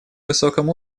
высоком